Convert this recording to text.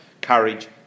Courage